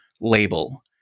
label